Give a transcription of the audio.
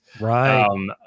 Right